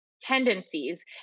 tendencies